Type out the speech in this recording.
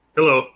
Hello